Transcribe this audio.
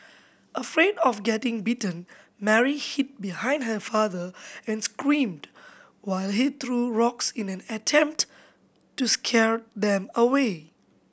afraid of getting bitten Mary hid behind her father and screamed while he threw rocks in an attempt to scare them away